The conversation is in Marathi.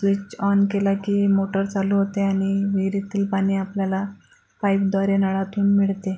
स्विच ऑन केला की मोटर चालू होते आणि विहिरीतील पाणी आपल्याला पाईपद्वारे नळातून मिळते